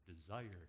desire